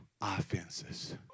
offenses